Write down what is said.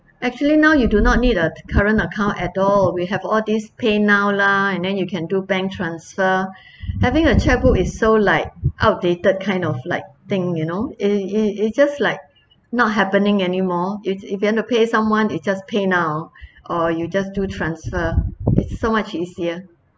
actually now you do not need a current account at all we have all these paynow lah and then you can do bank transfer having a chequebook is so like outdated kind of like thing you know it's just like not happening anymore it's if you want to pay someone is just paynow or you just do transfer so much easier